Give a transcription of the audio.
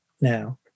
now